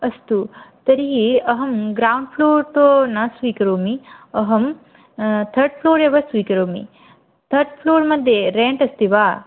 अस्तु तर्हि अहं ग्रौन्फ़्लोर् तु न स्वीकरोमि अहं थर्ड्फ़्लोर् एव स्वीकरोमि थर्ड्फ़्लोर् मध्ये रेण्ट् अस्ति वा